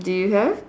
do you have